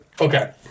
okay